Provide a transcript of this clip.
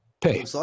Pay